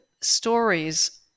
stories